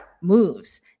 moves